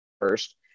first